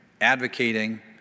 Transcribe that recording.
advocating